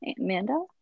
Amanda